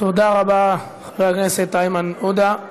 תודה רבה לחבר הכנסת איימן עודה.